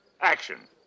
action